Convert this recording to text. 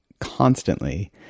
constantly